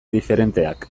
diferenteak